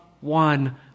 One